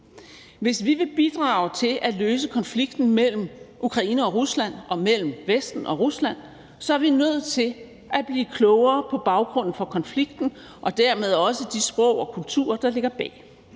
Hvis vi vil bidrage til at løse konflikten mellem Ukraine og Rusland og mellem Vesten og Rusland, er vi nødt til at blive klogere på baggrunden for konflikten og dermed også de sprog og kulturer, der ligger bag.